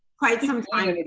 quite some time